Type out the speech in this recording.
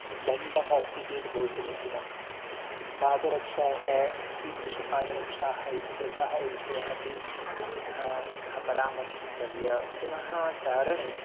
दण्डः अस्ति चेत् बहु समीचीनं पादरक्षाः कीदृश्यः पादरक्षाः इति तु सः विषयः अपि एकः परामर्शितव्यः पुनः चारणे